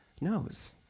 knows